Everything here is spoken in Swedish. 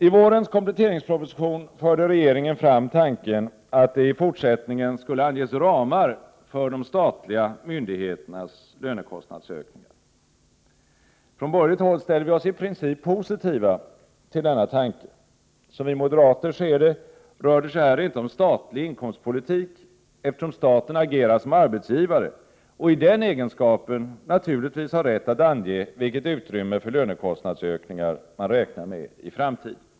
I vårens kompletteringsproposition förde regeringen fram tanken att det i fortsättningen skulle anges ramar för de statliga myndigheternas lönekostnadsökningar. Från borgerligt håll ställde vi oss i princip positiva till denna tanke. Som vi moderater ser det rör det sig här inte om statlig inkomstpolitik, eftersom staten agerar som arbetsgivare och i den egenskapen naturligtvis har rätt att ange vilket utrymme för lönekostnadshöjningar man räknar medi framtiden.